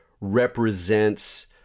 represents